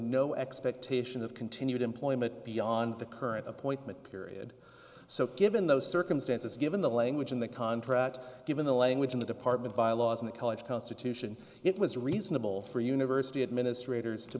no expectation of continued employment beyond the current appointment period so given those circumstances given the language in the contract given the language in the department bylaws in the college constitution it was reasonable for university administrators to